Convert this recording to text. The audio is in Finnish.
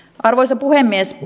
arvoisa puhemies